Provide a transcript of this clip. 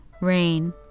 Rain